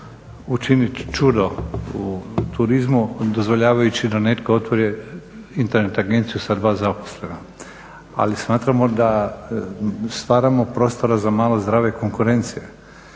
učiniti čudo u turizmu dozvoljavajući da netko otvori Internet agenciju sa dva zaposlena. Ali smatramo da stvaramo prostora za malo zdrave konkurencije.